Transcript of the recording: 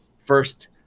first